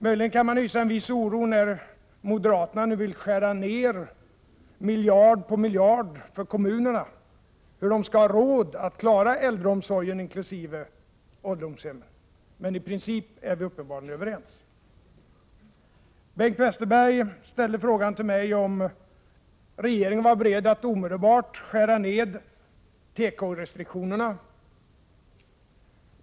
Möjligen kan man hysa en viss oro när moderaterna nu vill skära ned miljard på miljard av anslagen till kommunerna. Hur skall de då ha råd att klara äldreomsorgen inkl. ålderdomshemmen? Men i princip är vi uppenbarligen överens. Bengt Westerberg frågade mig om regeringen var beredd att omedelbart skära ned tekorestriktionerna.